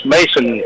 Mason